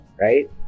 right